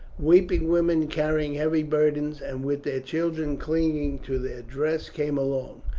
weeping women carrying heavy burdens and with their children clinging to their dress came along.